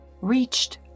reached